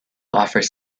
offers